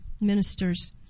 ministers